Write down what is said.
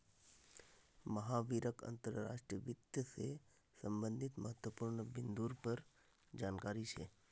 महावीरक अंतर्राष्ट्रीय वित्त से संबंधित महत्वपूर्ण बिन्दुर पर जानकारी छे